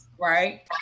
Right